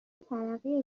ترقی